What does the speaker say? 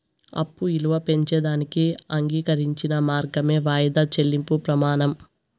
అప్పు ఇలువ పెంచేదానికి అంగీకరించిన మార్గమే వాయిదా చెల్లింపు ప్రమానం